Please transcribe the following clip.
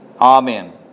Amen